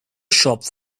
shop